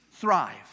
thrive